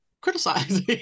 criticizing